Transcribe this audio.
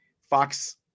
Fox –